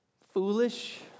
foolish